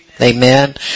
Amen